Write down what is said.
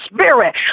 spirit